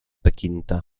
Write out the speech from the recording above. pekinta